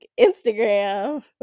Instagram